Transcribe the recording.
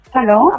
Hello